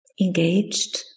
engaged